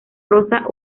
rosa